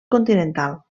continental